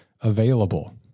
available